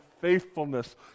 faithfulness